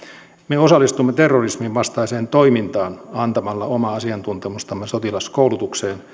me osallistumme terrorismin vastaiseen toimintaan antamalla omaa asiantuntemustamme sotilaskoulutukseen